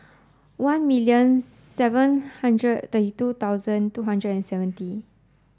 one million seven hundred they two thousand two hundred and seventy